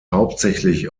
hauptsächlich